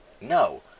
No